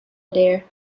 adair